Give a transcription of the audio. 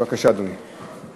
בבקשה, אדוני.